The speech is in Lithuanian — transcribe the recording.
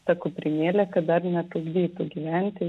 ta kuprinėlė kad dar netrukdytų gyventi